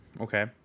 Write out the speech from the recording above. Okay